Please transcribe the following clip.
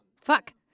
Fuck